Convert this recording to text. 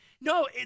no